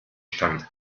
stand